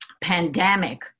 pandemic